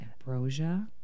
Ambrosia